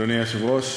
אדוני היושב-ראש,